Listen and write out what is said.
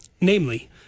namely